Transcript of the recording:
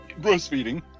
breastfeeding